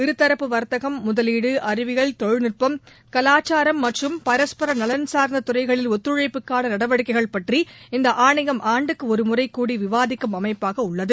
இருதரப்பு வாத்தகம் முதலீடு அறிவியல் தொழில்நுட்டம் கலாச்சாரம் மற்றும் பரஸ்பர நலன் சார்ந்த துறைகளில் ஒத்துழைப்புக்கான நடவடிக்கைகள் பற்றி இந்த ஆணையம் ஆண்டுக்கு ஒருமுறை கூடி விவாதிக்கும் அமைப்பாக உள்ளது